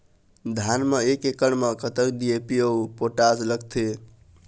धान म एक एकड़ म कतका डी.ए.पी अऊ पोटास लगथे?